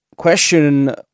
Question